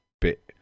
bit